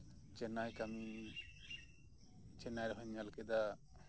ᱪᱮᱱᱱᱟᱭ ᱠᱟᱹᱢᱤ ᱪᱮᱱᱱᱟᱭ ᱨᱮᱦᱚᱧ ᱧᱮᱞ ᱠᱮᱫᱟ